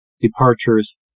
departures